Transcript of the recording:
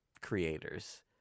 creators